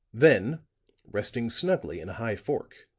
then resting snugly in a high fork,